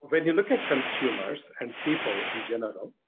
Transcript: when you look at consumers and people in general,